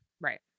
Right